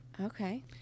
okay